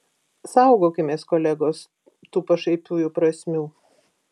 saugokimės kolegos tų pašaipiųjų prasmių